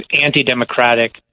anti-democratic